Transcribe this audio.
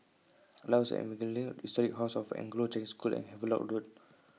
Lighthouse Evangelism Historic House of Anglo Chinese School and Havelock Road